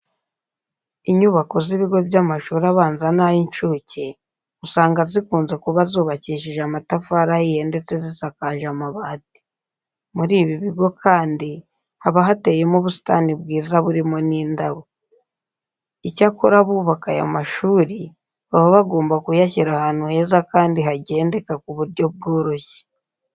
Inyubako z'ibigo by'amashuri abanza n'ay'incuke usanga zikunze kuba zubakishije amatafari ahiye ndetse zisakaje amabati. Muri ibi bigo kandi haba hateyemo ubusitani bwiza burimo n'indabo. Icyakora abubaka aya mashuri baba bagomba kuyashyira ahantu heza kandi hagendeka ku buryo bworoshye.